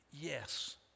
Yes